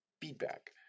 feedback